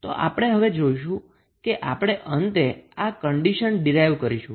તોઆપણે હવે જોઈશું કે આપણે અંતે આ કન્ડીશન ડિરાઈવ કરીશું